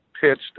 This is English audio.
pitched